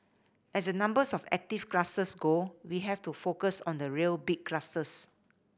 as the numbers of active clusters go we have to focus on the real big clusters